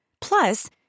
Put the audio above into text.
Plus